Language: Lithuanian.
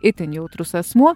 itin jautrus asmuo